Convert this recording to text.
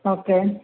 okay